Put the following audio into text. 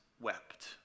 wept